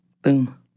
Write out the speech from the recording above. Boom